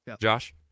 Josh